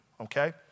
okay